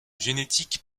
génétiques